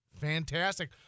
Fantastic